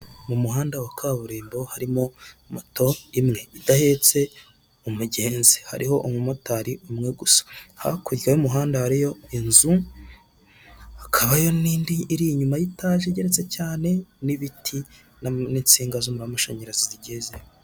Mu muhanda wa kaburimbo harimo moto imwe idahetse umugenzi, hariho umumotari umwe gusa hakurya y'umuhanda hariyo inzu, hakabayo n'ind' ir' inyuma y'itaje igeretse cyane, n'ibiti n'insinga z'umuriro w'amashanyarazi zigiye zihari.